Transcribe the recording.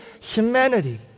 humanity